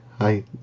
Hi